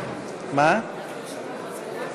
זכרו לברכה.